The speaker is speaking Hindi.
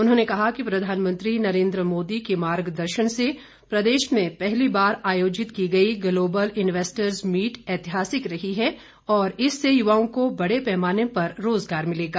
उन्होंने कहा कि प्रधानमंत्री नरेंद्र मोदी के मार्गदर्शन से प्रदेश में पहली बार आयोजित की गई ग्लोबल इन्वेस्टरस मीट ऐतिहासिक रही है और इससे युवाओं को बड़े पैमाने पर रोजगार मिलेगा